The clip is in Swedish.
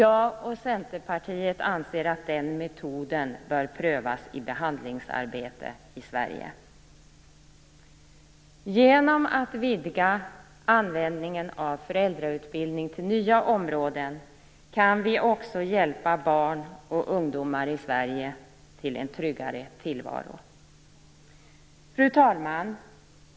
Jag och Centerpartiet anser att den metoden bör prövas i behandlingsarbete i Sverige. Genom att vidga användningen av föräldrautbildning till nya områden kan vi också hjälpa barn och ungdomar i Sverige till en tryggare tillvaro. Fru talman!